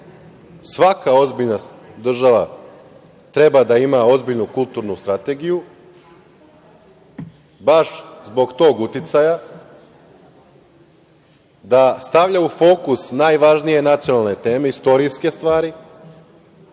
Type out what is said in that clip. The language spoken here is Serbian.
Svaka ozbiljna država treba da ima ozbiljnu kulturnu strategiju, baš zbog tog uticaja da stavlja u fokus najvažnije nacionalne teme, istorijske stvari,